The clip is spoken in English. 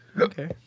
Okay